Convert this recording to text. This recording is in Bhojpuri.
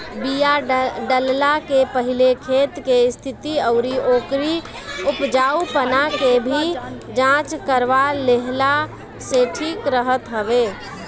बिया डालला के पहिले खेत के स्थिति अउरी ओकरी उपजाऊपना के भी जांच करवा लेहला से ठीक रहत हवे